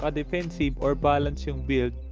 ah defensive or balance yeah and build